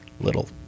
little